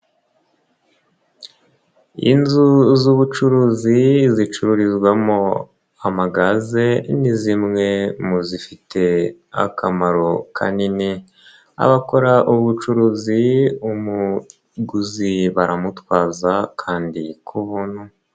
Inzu z'ubucuruzi zicururizwamo amagaze ni zimwe mu zifite akamaro kanini, abakora ubu bucuruzi umuguzi baramutwaza kandi ku buntu.